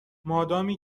مادامی